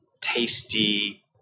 tasty